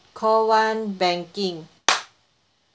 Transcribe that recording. call one banking